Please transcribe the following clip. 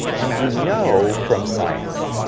and we know from science.